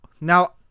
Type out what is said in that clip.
Now